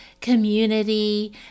community